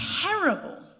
terrible